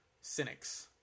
cynics